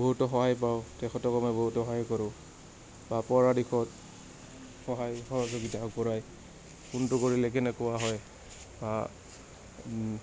বহুতো সহায় পাওঁ তেখেতকো আমি বহুতো সহায় কৰোঁ বা পৰা দিশত সহায় সহযোগিতা আগবঢ়াই কোনটো কৰিলে কেনেকুৱা হয় বা